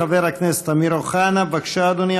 חבר הכנסת אמיר אוחנה, בבקשה, אדוני.